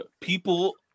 People